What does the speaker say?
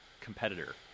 competitor